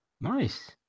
Nice